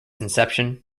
inception